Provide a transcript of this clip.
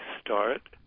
start